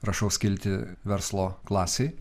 rašau skiltį verslo klasei